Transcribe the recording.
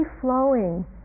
flowing